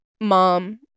Mom